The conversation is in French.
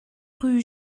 rue